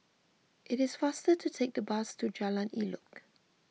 it is faster to take the bus to Jalan Elok